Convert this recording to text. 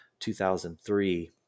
2003